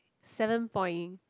seven point